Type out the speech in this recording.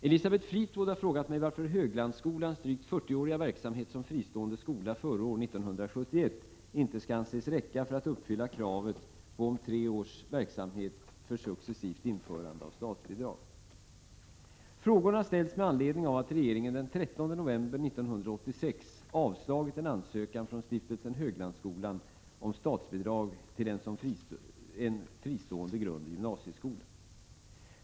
Elisabeth Fleetwood har frågat mig varför Höglandsskolans drygt 40-åriga verksamhet som fristående skola före år 1971 inte skall anses räcka för att uppfylla kravet på tre års verksamhet för successivt införande av statsbidrag. Frågorna har ställts med anledning av att regeringen den 13 november 1986 avslagit en ansökan från stiftelsen Höglandsskolan om statsbidrag till en fristående grundoch gymnasieskola.